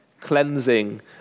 cleansing